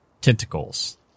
tentacles